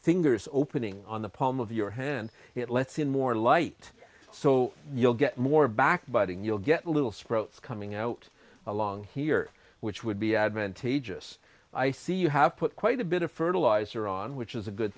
thinker's opening on the palm of your hand it lets in more light so you'll get more back biting you'll get little sprouts coming out along here which would be advantageous i see you have put quite a bit of fertiliser on which is a good